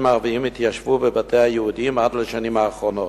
ערבים התיישבו בבתי היהודים עד לשנים האחרונות.